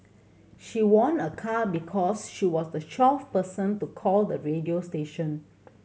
she won a car because she was the twelfth person to call the radio station